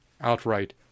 outright